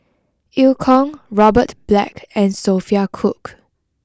Eu Kong Robert Black and Sophia Cooke